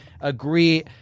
agree